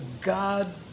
God